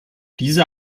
diese